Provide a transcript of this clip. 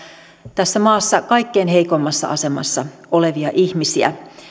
tässä maassa kaikkein heikoimmassa asemassa olevia ihmisiä